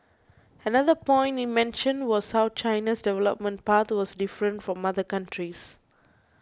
another point he mentioned was how China's development path was different from other countries